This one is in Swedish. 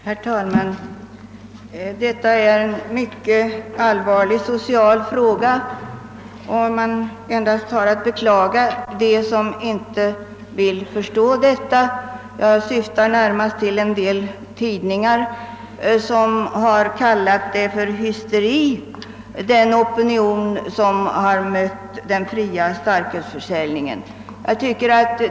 Herr talman! Detta är en mycket allvarlig social fråga, och man hår endast att beklaga dem som inte vill förstå det; jag syftar närmast på en del tidningar, som har kallat den opinion hysteri som har mött den fria starkölsförsäljningen.